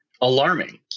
alarming